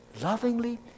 lovingly